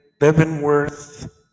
Leavenworth